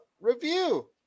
review